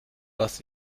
was